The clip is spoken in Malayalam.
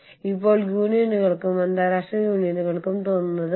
തീർച്ചയായും മറ്റ് വ്യവസായങ്ങളും ഉണ്ടാകും